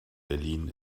berlin